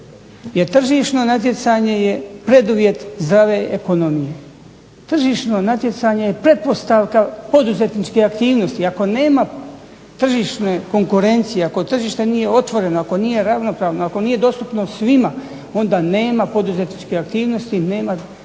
Jer tržišno natjecanje je preduvjet zdrave ekonomije. Tržišno natjecanje je pretpostavka poduzetničke aktivnosti. Ako nema tržišne konkurencije, ako tržište nije otvoreno, ako nije ravnopravno, ako nije dostupno svima onda nema poduzetničke aktivnosti, nema